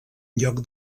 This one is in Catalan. lloc